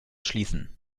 schließen